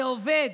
זה עובד.